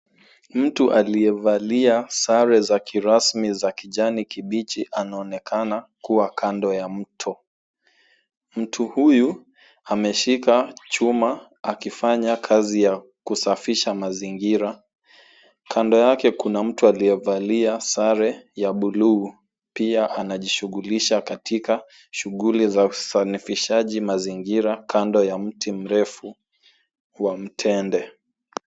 Mtu aliyevalia sare za kirrasmi za kijani kibichi anaonekana kuwa kando ya mto. Mtu huyu ameshika chuma akifanya kazi ya kusafisha mazingira. Kando yake kuna mtu aliyevalia sare ya bluu pia anajishughulisha katika shughuli ya usanifishaji mazingira kando ya mti mrefu wa mtende.